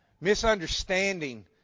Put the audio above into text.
misunderstanding